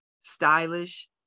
stylish